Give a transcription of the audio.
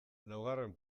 laugarren